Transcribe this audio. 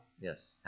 Yes